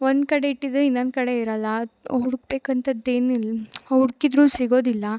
ಒಂದುಕಡೆ ಇಟ್ಟಿದ್ರೆ ಇನ್ನೊಂದುಕಡೆ ಇರೋಲ್ಲ ಅದು ಹುಡುಕ್ಬೇಕಂಥದ್ ಏನಿಲ್ಲ ಹುಡುಕಿದ್ರು ಸಿಗೋದಿಲ್ಲ